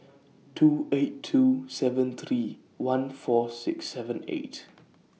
two eight two seven three one four six seven eight